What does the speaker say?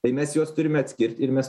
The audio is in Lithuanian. tai mes juos turime atskirt ir mes